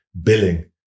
Billing